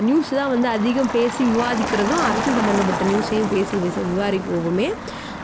news தான் வந்து அதிகம் பேசி விவாதிக்கிறதும் அரசியல் சம்மந்தப்பட்ட நியூஸையும் பேசி விசா விவாரிக்குவமே